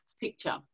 picture